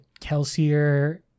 Kelsier